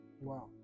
Wow